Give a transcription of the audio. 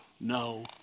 no